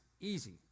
Easy